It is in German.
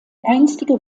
einstige